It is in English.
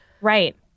right